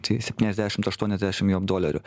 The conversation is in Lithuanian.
tai septyniasdešimt aštuoniasdešimt jav dolerių